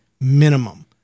minimum